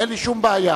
אין לי שום בעיה.